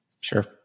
Sure